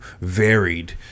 varied